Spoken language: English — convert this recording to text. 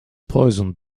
poisoned